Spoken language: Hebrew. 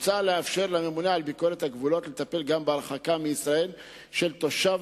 מוצע לאפשר לממונה על ביקורת הגבולות לטפל גם בהרחקה מישראל של תושב